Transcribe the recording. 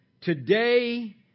today